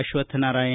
Ashwathnarayan